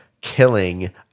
killing